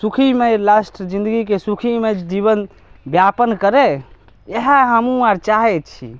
सुखीमय last जिन्दगीके सुखीमय जीवन व्यापन करय इहे हमहुँ आर चाहय छी